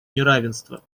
неравенство